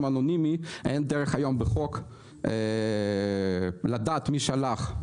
אנונימי אין דרך היום בחוק לדעת מי שלח.